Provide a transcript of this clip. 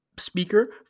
Speaker